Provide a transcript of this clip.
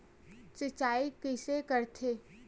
सिंचाई कइसे करथे?